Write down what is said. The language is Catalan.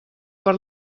per